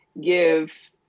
give